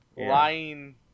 Lying